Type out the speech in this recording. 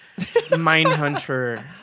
Mindhunter